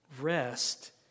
rest